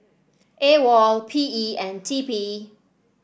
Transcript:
AWOL P E and T P